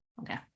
Okay